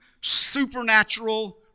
supernatural